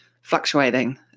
Fluctuating